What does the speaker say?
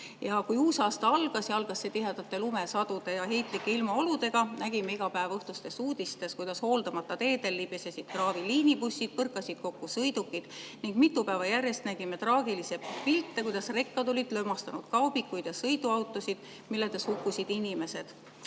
Kui uus aasta algas – see algas tihedate lumesadude ja heitlike ilmaoludega –, nägime iga päev õhtustes uudistes, kuidas hooldamata teedel libisesid kraavi liinibussid, põrkasid kokku sõidukid ning mitu päeva järjest nägime traagilisi pilte, kuidas rekad olid lömastanud kaubikuid ja sõiduautosid, milles hukkusid inimesed.